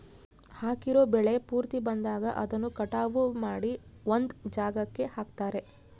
ಹಾಕಿರೋ ಬೆಳೆ ಪೂರ್ತಿ ಬಂದಾಗ ಅದನ್ನ ಕಟಾವು ಮಾಡಿ ಒಂದ್ ಜಾಗಕ್ಕೆ ಹಾಕ್ತಾರೆ